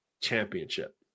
championship